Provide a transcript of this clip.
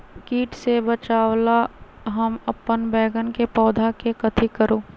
किट से बचावला हम अपन बैंगन के पौधा के कथी करू?